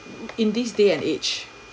in this day and age